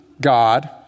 God